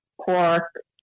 pork